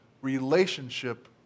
relationship